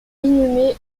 inhumé